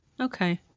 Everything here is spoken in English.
Okay